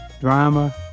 drama